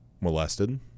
molested